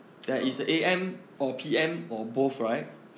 err